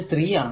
3 ആണ്